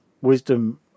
wisdom